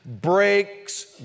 breaks